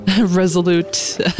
resolute